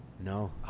No